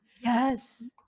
Yes